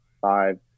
five